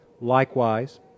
Likewise